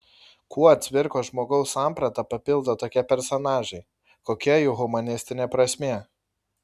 kuo cvirkos žmogaus sampratą papildo tokie personažai kokia jų humanistinė prasmė